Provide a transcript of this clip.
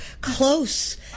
close